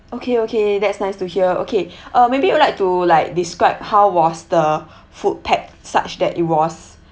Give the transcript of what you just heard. okay okay that's nice to hear okay uh maybe you'd like to like describe how was the food packed such that it was